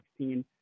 2016